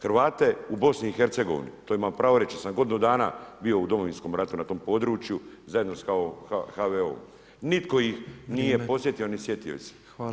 Hrvate u BiH-u, to imam pravo reći jer sam godinu dana bio u Domovinskom ratu na tom području, zajedno sa HVO-om, nitko ih nije posjetio ni sjetio ih se.